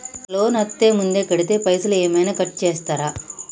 Loan అత్తే ముందే కడితే పైసలు ఏమైనా కట్ చేస్తరా?